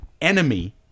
enemy